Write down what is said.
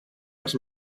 els